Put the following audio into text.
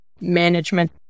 management